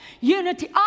Unity